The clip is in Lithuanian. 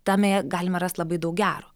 tame galima rast labai daug gero